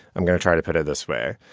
i'm going to try to put it this way.